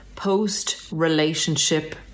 Post-relationship